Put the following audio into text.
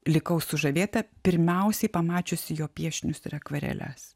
likau sužavėta pirmiausiai pamačiusi jo piešinius ir akvareles